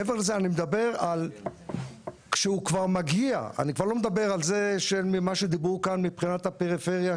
אני כבר לא מדבר על מה שדיברו כאן מבחינת הפריפריה,